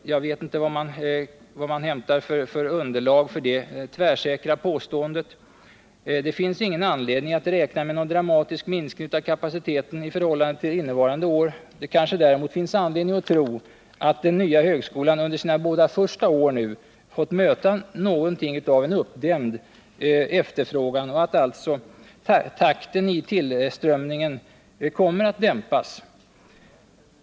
Jag vet inte var man hämtat underlag för det tvärsäkra påståendet. Det finns ingen anledning att räkna med någon dramatisk minskning av kapaciteten i förhållande till innevarande år. Det kanske däremot finns anledning att tro att den nya högskolan under sina båda första år fått möta något av en uppdämd efterfrågan och att alltså takten i tillströmningen kommer att dämpas.